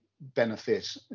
Benefit